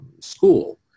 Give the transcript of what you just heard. school